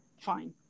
fine